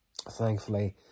Thankfully